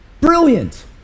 Brilliant